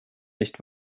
nicht